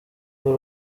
kuri